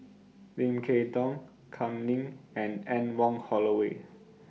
Lim Kay Tong Kam Ning and Anne Wong Holloway